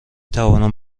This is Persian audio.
توانم